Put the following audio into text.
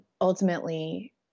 Ultimately